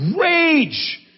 rage